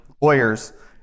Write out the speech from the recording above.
lawyers